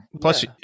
plus